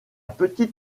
petite